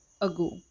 ago